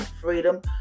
Freedom